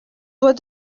doit